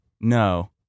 no